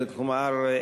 כלומר,